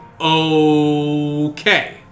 Okay